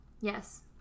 Yes